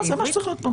זה מה שצריך להיות פה.